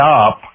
up